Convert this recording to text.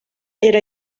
era